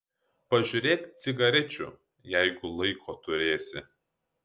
pažiūrėk cigarečių jeigu laiko turėsi